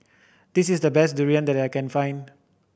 this is the best durian that I can find